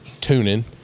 tuning